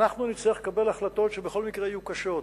אנחנו נצטרך לקבל החלטות שבכל מקרה יהיו קשות.